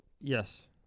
Yes